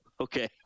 okay